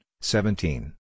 seventeen